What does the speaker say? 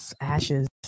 Ashes